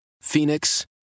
Phoenix